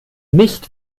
nicht